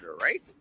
right